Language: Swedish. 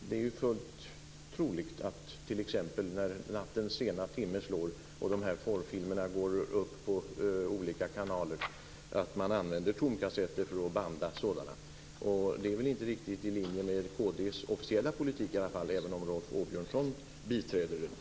Det är ju fullt troligt att man t.ex. när nattens sena timme slår och porrfilmerna går upp på olika kanaler använder tomkassetter för att banda sådana. Det är väl inte riktigt i linje med kd:s officiella politik i alla fall även om Rolf Åbjörnsson biträder den.